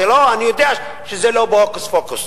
אני יודע שזה לא בהוקוס-פוקוס.